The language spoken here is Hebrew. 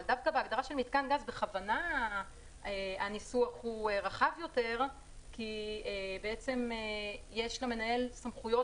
אבל דווקא בהגדרה של מתקן גז בכוונה הניסוח רחב יותר כי יש למנהל סמכויות